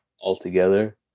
altogether